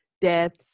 deaths